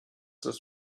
this